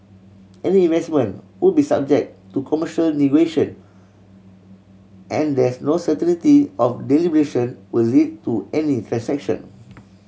any investment would be subject to commercial negotiation and there's no of deliberation will lead to any transaction